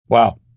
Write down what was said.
Wow